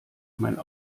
mein